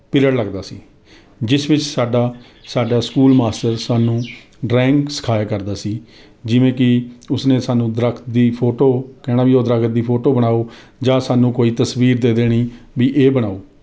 period ਲੱਗਦਾ ਸੀ ਜਿਸ ਵਿੱਚ ਸਾਡਾ ਸਾਡਾ ਸਕੂਲ ਮਾਸਟਰ ਸਾਨੂੰ ਡਰਾਇੰਗ ਸਿਖਾਇਆ ਕਰਦਾ ਸੀ ਜਿਵੇਂ ਕਿ ਉਸ ਨੇ ਸਾਨੂੰ ਦਰਖੱਤ ਦੀ ਫੋਟੋ ਕਹਿਣਾ ਵੀ ਉਹ ਦਰਖੱਤ ਦੀ ਫੋਟੋ ਬਣਾਓ ਜਾਂ ਸਾਨੂੰ ਕੋਈ ਤਸਵੀਰ ਦੇ ਦੇਣੀ ਵੀ ਇਹ ਬਣਾਓ